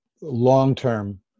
long-term